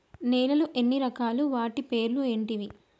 నేలలు ఎన్ని రకాలు? వాటి పేర్లు ఏంటివి?